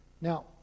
Now